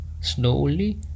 slowly